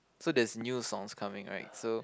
so there's new songs coming right so